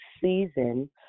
season